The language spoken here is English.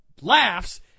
laughs